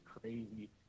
crazy